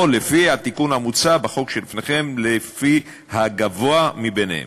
או לפי התיקון המוצע בחוק שלפניכם, לפי הגבוה בהם.